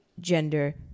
gender